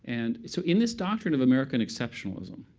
and so in this doctrine of american exceptionalism,